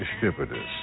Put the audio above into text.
distributors